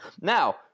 Now